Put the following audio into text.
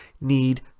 need